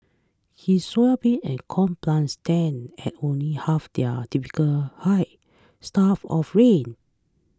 his soybean and corn plants stand at only half their typical height starved of rain